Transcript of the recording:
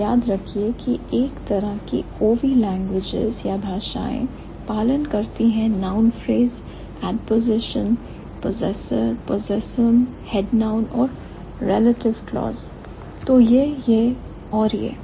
याद रखिए कि एक तरह की OV languages या भाषाएं पालन करती हैं noun phrase adposition possessor possessum head noun और relative clause का तो यह यह और यह हैं